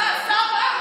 בן אדם.